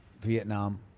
Vietnam